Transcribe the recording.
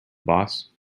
boss